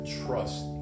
trust